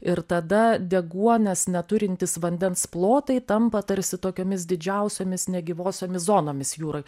ir tada deguonies neturintys vandens plotai tampa tarsi tokiomis didžiausiomis negyvosiomis zonomis jūroj